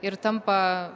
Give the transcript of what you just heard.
ir tampa